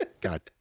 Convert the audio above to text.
god